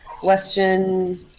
Question